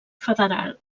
federal